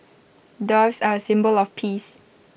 doves are A symbol of peace